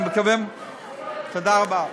תודה רבה.